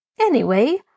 Anyway